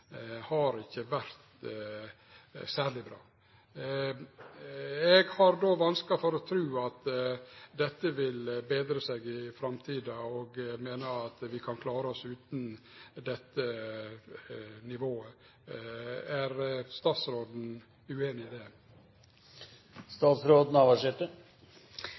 fylkestingsvalet ikkje har vore særleg bra. Eg har då vanskeleg for å tru at dette vil betre seg i framtida, og meiner at vi kan klare oss utan dette nivået. Er statsråden ueinig i det?